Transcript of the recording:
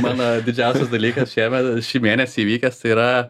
mano didžiausias dalykas šiemet šį mėnesį įvykęs tai yra